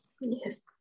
Yes